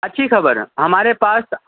اچھی خبر ہے ہمارے پاس